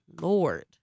Lord